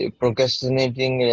procrastinating